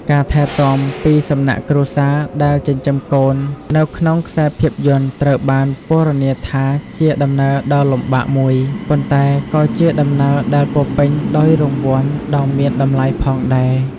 ការថែទាំពីសំណាក់គ្រួសារដែលចិញ្ចឹមកូន នៅក្នុងខ្សែភាពយន្តត្រូវបានពណ៌នាថាជាដំណើរដ៏លំបាកមួយ ប៉ុន្តែក៏ជាដំណើរដែលពោរពេញដោយរង្វាន់ដ៏មានតម្លៃផងដែរ។